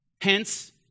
hence